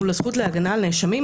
מול הזכות להגנה על נאשמים.